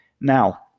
Now